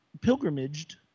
Pilgrimaged